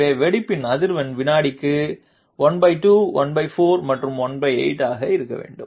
எனவே வெடிப்பின் அதிர்வெண் வினாடிக்கு½ ¼ மற்றும் 18 ஆக இருக்க வேண்டும்